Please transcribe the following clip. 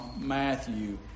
Matthew